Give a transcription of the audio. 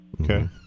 Okay